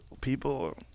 People